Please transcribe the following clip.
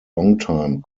longtime